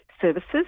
services